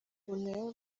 ubu